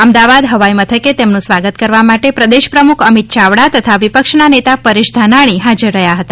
અમદાવાદ હવાઇમથકે તેમનું સ્વાગત કરવા માટે પ્રદેશ પ્રમુખ અમીત ચાવડા તથા વિપક્ષના નેતા પરેશ ધાનાણી હાજર રહ્યા હતા